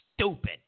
stupid